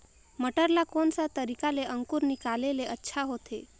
मटर ला कोन सा तरीका ले अंकुर निकाले ले अच्छा होथे?